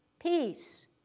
Peace